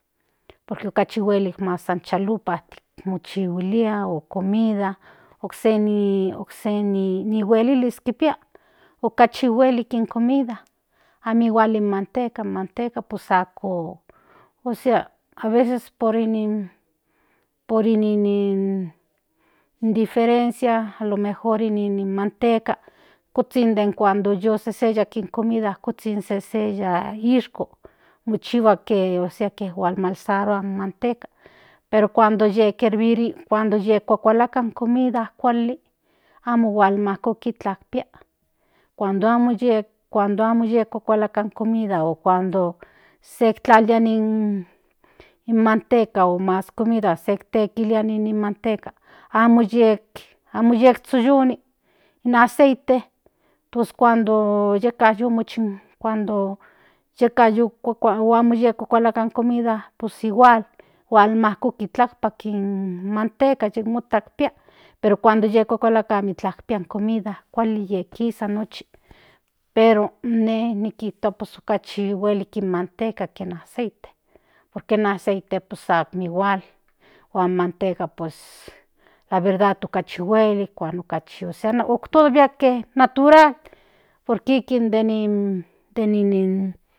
Por que okachi huelik mas in chalupa o okse ni hueliliskipia okachi huelik in comida amo igual in manteca in manteca pues ako ósea aveces por in differncia alo mejor in manteca kuzhin kuak yu seseya in comida kuzhin seseya izko kichihua ke huan mansarua in manteca pero kuak yi hirbirihui kuak kuakalakatl in comida kuali amo hualmakoki kipia cuando ye kuakala in comida o ye o cuando sek tlalia in manteca o mas comida sel tlilia in manteca amo yekzhoyoni in aceite pues cuando yeka yu mochi cuando yeka yu kuaka oamo kuakalaka in comida pues igual hualmakoki tlajpak in manteca yek mota ikpia pero cuando yek kuakalaka amikla pia in comida kuali yek kisa nochi pero ine pues tua okachi huelik in manteca ke aceite por que in aceite pues ako igual huan manteca la verdad okachi huelik huaan okachi otodavia natural por que ikin de nin nin